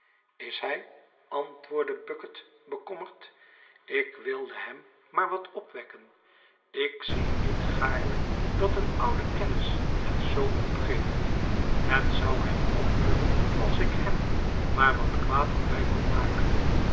is hij antwoordde bucket bekommerd ik wilde hem maar wat opwekken ik zie niet gaarne dat een oude kennis het zoo opgeeft het zou hem opbeuren als ik hem maar wat kwaad op mij kon maken